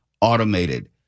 automated